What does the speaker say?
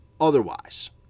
otherwise